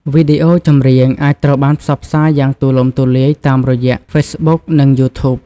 វីដេអូចម្រៀង អាចត្រូវបានផ្សព្វផ្សាយយ៉ាងទូលំទូលាយតាមរយៈ ហ្វេសបុក និងយូធូប។